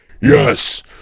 Yes